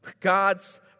God's